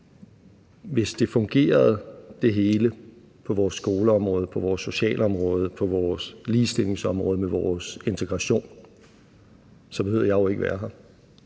hvis det hele fungerede på vores skoleområde, på vores socialområde, på vores ligestillingsområde med vores integration, behøvede jeg jo ikke at være her,